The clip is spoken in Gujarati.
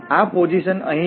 આ પરિપોઝિશન અહીં છે